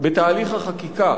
בתהליך החקיקה